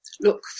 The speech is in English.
look